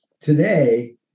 Today